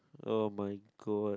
oh my god